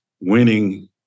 winning